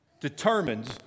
determines